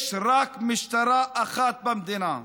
יש רק משטרה אחת במדינה.